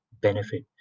benefit